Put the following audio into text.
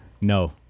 no